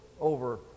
over